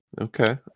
Okay